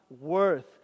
worth